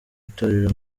itorero